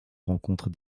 rencontres